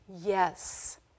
yes